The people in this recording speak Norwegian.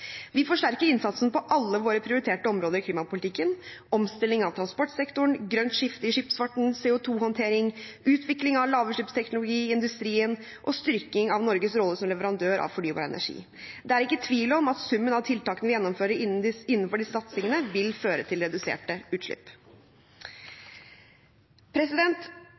Vi forsterker innsatsen på alle våre prioriterte områder i klimapolitikken: omstilling av transportsektoren, grønt skifte i skipsfarten, CO 2 -håndtering, utvikling av lavutslippsteknologi i industrien og styrking av Norges rolle som leverandør av fornybar energi. Det er ikke tvil om at summen av tiltakene vi gjennomfører innenfor disse satsingene, vil føre til reduserte utslipp.